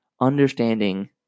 understanding